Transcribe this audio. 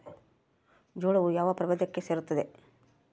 ಜೋಳವು ಯಾವ ಪ್ರಭೇದಕ್ಕೆ ಸೇರುತ್ತದೆ?